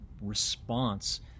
response